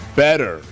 better